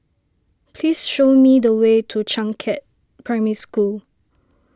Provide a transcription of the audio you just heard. please show me the way to Changkat Primary School